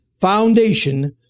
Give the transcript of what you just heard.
foundation